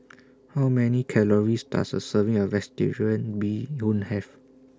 How Many Calories Does A Serving of Bee Hoon Have